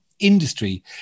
Industry